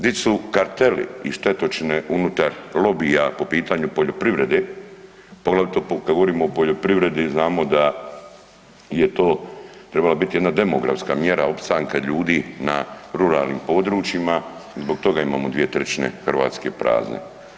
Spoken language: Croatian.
Di su karteli i štetočine unutar lobija po pitanju poljoprivrede, poglavito kad govorimo o poljoprivredi znamo da je to trebala biti jedna demografska mjera opstanka ljudi na ruralnim područjima zbog toga imamo 2/3 Hrvatske prazne.